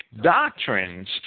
doctrines